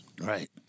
right